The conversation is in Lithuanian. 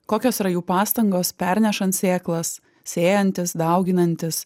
kokios yra jų pastangos pernešant sėklas sėjantis dauginantis